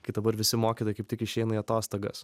kai dabar visi mokytojai kaip tik išeina į atostogas